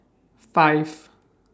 five